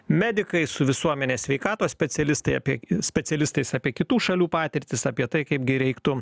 medikais su visuomenės sveikatos specialistai apie specialistais apie kitų šalių patirtis apie tai kaip gi reiktų